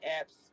App's